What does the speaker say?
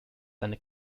seine